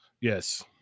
Yes